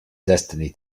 destiny